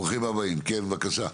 כן בבקשה.